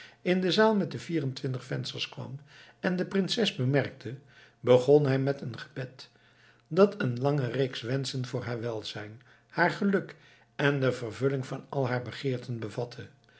in de zaal met de vier en twintig vensters kwam en de prinses bemerkte begon hij met een gebed dat een lange reeks wenschen voor haar welzijn haar geluk en de vervulling van al haar begeerten bevatte